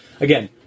Again